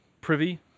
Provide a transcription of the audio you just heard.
privy